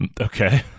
Okay